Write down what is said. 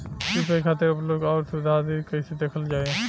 UPI खातिर उपलब्ध आउर सुविधा आदि कइसे देखल जाइ?